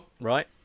Right